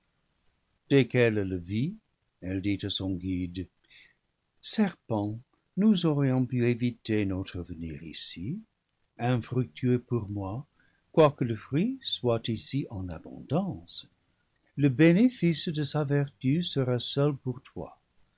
qu'elle le vit elle dit à son guide serpent nous aurions pu éviter notre venir ici infructueux pour moi quoique le fruit soit ici en abondance le bénéfice de sa vertu sera seul pour toi